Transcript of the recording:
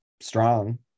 strong